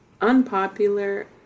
unpopular